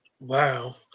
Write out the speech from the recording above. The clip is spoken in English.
Wow